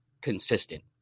consistent